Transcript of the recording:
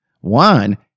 One